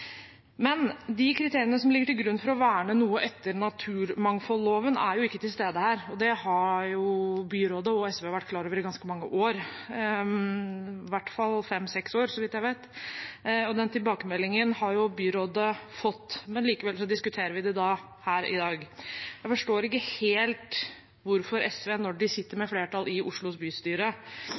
Men de kriteriene som ligger til grunn for å verne noe etter naturmangfoldloven, er ikke til stede her, og det har byrådet og SV vært klar over i ganske mange år, i hvert fall fem–seks år, så vidt jeg vet. Den tilbakemeldingen har byrådet fått, men likevel diskuterer vi det her i dag. Jeg forstår ikke helt hvorfor SV, når de sitter med flertall i Oslo bystyre,